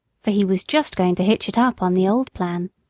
for he was just going to hitch it up on the old plan.